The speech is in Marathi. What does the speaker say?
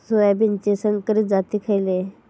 सोयाबीनचे संकरित जाती खयले?